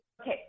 Okay